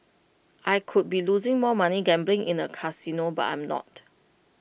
I could be losing more money gambling in A casino but I'm not